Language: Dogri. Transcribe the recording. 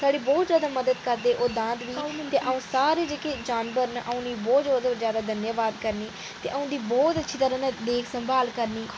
साढ़ी बहुत जैदा मदद करदे ओह् दांद बी सारे जेह्के जानवर न अ'ऊं उनें गी धन्यवाद करनी आं ते अ'ऊं बहुत अच्छे कन्नै उं'दी देखभाल करनी आं